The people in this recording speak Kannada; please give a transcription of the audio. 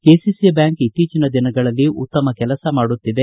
ಕೆಸಿಸಿ ಬ್ಯಾಂಕ್ ಇತ್ತೀಚನ ದಿನಗಳಲ್ಲಿ ಉತ್ತಮ ಕೆಲಸ ಮಾಡುತ್ತಿದೆ